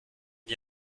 n’y